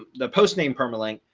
the post name perma link,